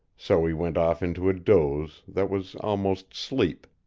so he went off into a doze that was almost sleep.